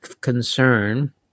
concern